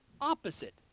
opposite